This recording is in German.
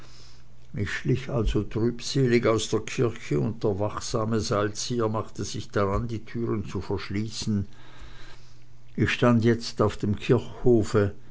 ich schlich also trübselig aus der kirche und der wachsame seilzieher machte sich daran die türen zu verschließen ich stand jetzt auf dem kirchhofe